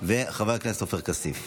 חבר הכנסת עופר כסיף